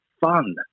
fun